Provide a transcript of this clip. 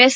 S